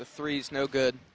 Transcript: the threes no good